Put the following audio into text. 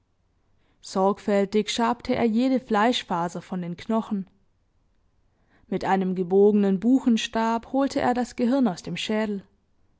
sorgfältig schabte er jede fleischfaser von den knochen mit einem gebogenen buchenstab holte er das gehirn aus dem schädel